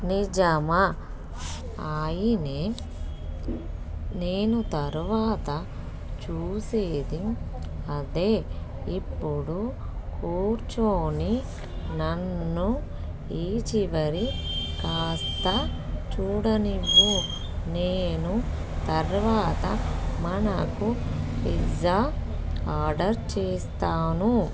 నిజమా ఆయనే నేను తరవాత చూసేది అదే ఇప్పుడు కూర్చోని నన్ను ఈ చివరి కాస్త చూడనివ్వు నేను తర్వాత మనకు పిజ్జా ఆర్డర్ చేస్తాను